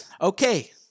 Okay